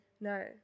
No